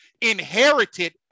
inherited